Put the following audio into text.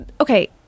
okay